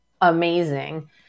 amazing